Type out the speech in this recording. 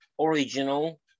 original